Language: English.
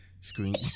screen